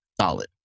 solid